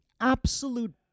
absolute